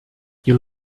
you